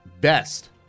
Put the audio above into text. best